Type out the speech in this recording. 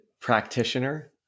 practitioner